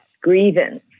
grievance